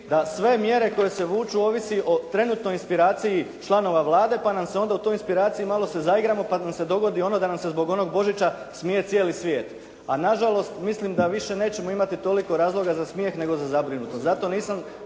da sve mjere koje se vuču ovisi o trenutnoj inspiraciji članova Vlade pa nam se onda u toj inspiraciji, malo se zaigramo pa nam se dogodi ono da nam se zbog onog Božića smije cijeli svijet. A nažalost mislim da više nećemo imati toliko razloga za smijeh nego za zabrinutost.